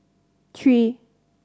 three